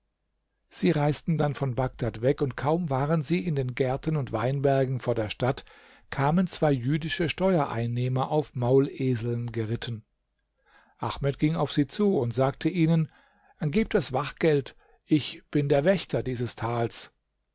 sie reisten dann von bagdad weg und kaum waren sie in den gärten und weinbergen vor der stadt kamen zwei jüdische steuereinnehmer auf mauleseln geritten ahmed ging auf sie zu und sagte ihnen gebt das wachgeld ich bin der wächter dieses tals